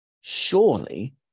Surely